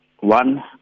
one